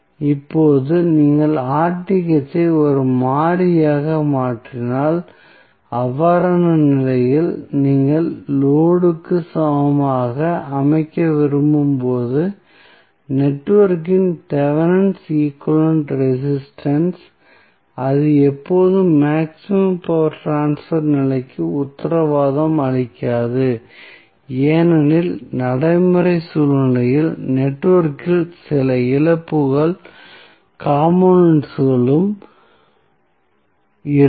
இப்போது நீங்கள் ஐ ஒரு மாறியாக மாற்றினால் அவ்வாறான நிலையில் நீங்கள் லோடு க்கு சமமாக அமைக்க விரும்பும் போது நெட்வொர்க்கின் தெவெனின் ஈக்வலன்ட் ரெசிஸ்டன்ஸ் அது எப்போதும் மேக்ஸிமம் பவர் ட்ரான்ஸ்பர் நிலைக்கு உத்தரவாதம் அளிக்காது ஏனெனில் நடைமுறை சூழ்நிலையில் நெட்வொர்க்கில் சில இழப்பு காம்போனென்ட்ஸ் உம் இருக்கும்